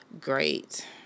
great